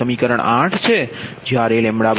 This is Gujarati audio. હવે જ્યારે 73